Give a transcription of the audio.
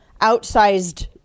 outsized